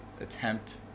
attempt